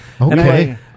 Okay